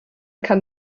kann